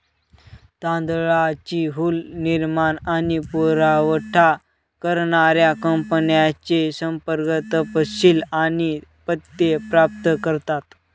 तांदळाची हुल निर्माण आणि पुरावठा करणाऱ्या कंपन्यांचे संपर्क तपशील आणि पत्ते प्राप्त करतात